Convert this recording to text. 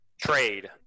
trade